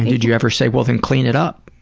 and did you ever say well, then clean it up.